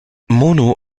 mono